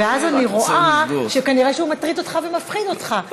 אז אני רואה שכנראה שהוא מטריד אותך ומפחיד אותך,